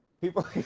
People